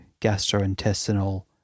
gastrointestinal